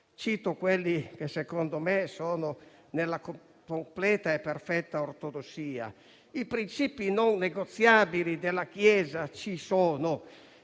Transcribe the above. (cito quelli che, secondo me, sono nella completa e perfetta ortodossia), secondo cui i principi non negoziabili della Chiesa ci sono.